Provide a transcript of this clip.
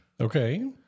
Okay